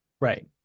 Right